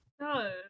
No